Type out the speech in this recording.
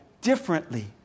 differently